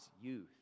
youth